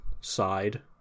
side